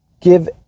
give